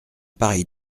pareil